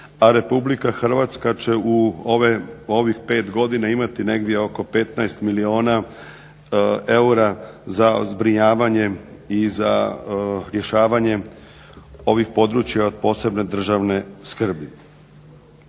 a Republika Hrvatska će u ovih pet godina imati negdje oko 15 milijuna eura za zbrinjavanje i za rješavanje ovih PPDS. Ono što je također